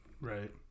Right